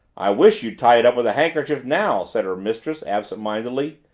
i wish you'd tie it up with a handkerchief now, said her mistress absent-mindedly,